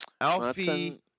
Alfie